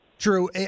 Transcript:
true